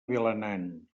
vilanant